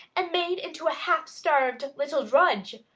and made into a half-starved little drudge!